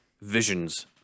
visions